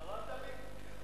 קראת לי?